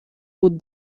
بود